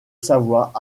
savoie